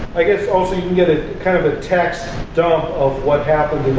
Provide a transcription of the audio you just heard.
i guess, also you can get a kind of text dump of what happened in